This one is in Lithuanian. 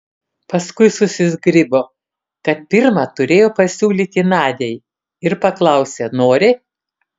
paskui susizgribo kad pirma turėjo pasiūlyti nadiai ir paklausė nori